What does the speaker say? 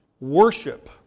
Worship